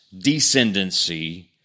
descendancy